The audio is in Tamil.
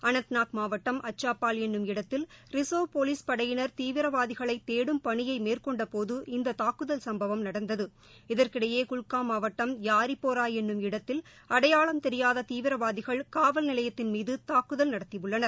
இடத்தில் அக்சாபால் என்னும் இடத்தில் போலீஸ் ரிசர்வ் படையினர் தீவிரவாதிகளைதேடும் பணியைமேற்கொண்டபோது இந்ததாக்குதல் சம்பவம் நடந்தது இதற்கிடையேகுல்காம் மாவட்டம் யாரிபோராஎன்னும் இடத்திலஅடையாளம் தெரியாததீவிராவதிகள் காவல் நிலையத்தின் மீதுதாக்குதல் நடத்தியுள்ளனர்